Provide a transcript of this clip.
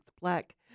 black